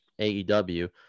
AEW